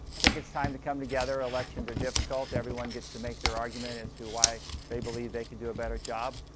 i think it's time to come together elections are difficult everyone gets to make their argument as to why they believe they can do a better job,